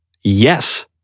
Yes